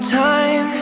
time